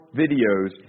videos